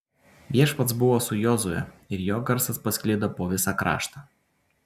viešpats buvo su jozue ir jo garsas pasklido po visą kraštą